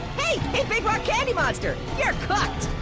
big rock candy monster! you're cooked!